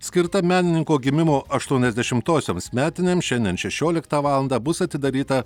skirta menininko gimimo aštuoniasdešimtosioms metinėm šiandien šešioliktą valandą bus atidaryta